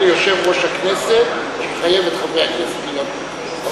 סמכות ליושב-ראש הכנסת לחייב את חברי הכנסת להיות פה,